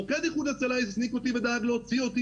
מוקד איחוד הצלה הזניק אותי ודאג להוציא אותי